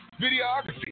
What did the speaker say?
videography